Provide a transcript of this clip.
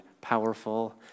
powerful